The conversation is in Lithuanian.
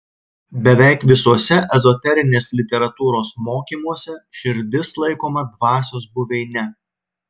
beveik visuose ezoterinės literatūros mokymuose širdis laikoma dvasios buveine